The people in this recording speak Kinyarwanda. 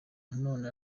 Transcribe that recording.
none